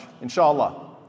Inshallah